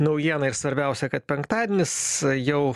naujiena ir svarbiausia kad penktadienis jau